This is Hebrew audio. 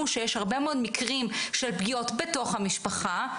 שיש הרבה מאוד מקרים של פגיעות בתוך המשפחה,